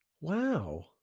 Wow